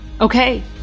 Okay